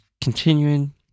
continuing